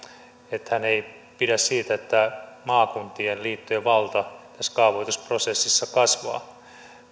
että hän ei pidä siitä että maakuntien liittojen valta tässä kaavoitusprosessissa kasvaa